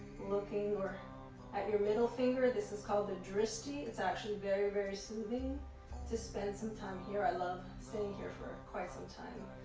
looking at your middle finger. this is called the drishti. it's actually very, very soothing to spend some time here. i love staying here for quite some time.